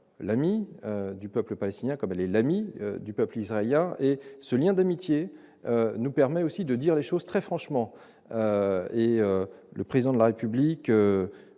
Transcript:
l'amie du peuple palestinien, comme elle est l'amie du peuple israélien, et ce lien d'amitié nous permet aussi de dire les choses très franchement. Ainsi, en accueillant